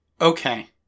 Okay